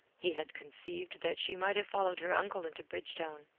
he had conceived that she might have followed her uncle into bridgetown,